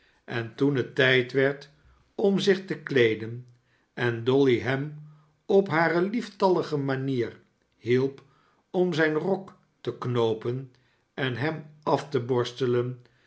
en toeh het tijd werd om zich te kleeden en dolly hem op hare lieftallige manier hielp om zijn rok te knoopen en hem af te borstelen